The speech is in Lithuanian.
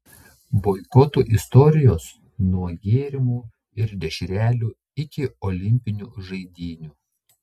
boikotų istorijos nuo gėrimų ir dešrelių iki olimpinių žaidynių